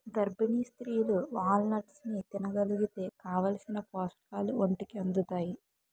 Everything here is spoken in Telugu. గర్భిణీ స్త్రీలు వాల్నట్స్ని తినగలిగితే కావాలిసిన పోషకాలు ఒంటికి అందుతాయి